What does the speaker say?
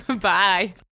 bye